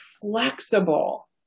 flexible